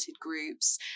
groups